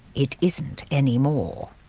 it isn't anymore.